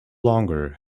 longer